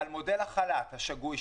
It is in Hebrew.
על מודל החל"ת השגוי,